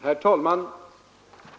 Herr talman!